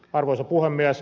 arvoisa puhemies